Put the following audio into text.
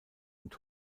und